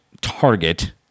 target